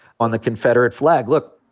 on the confederate flag, look,